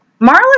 Marla